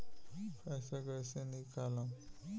पैसा कैसे निकालम?